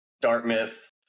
Dartmouth